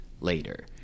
later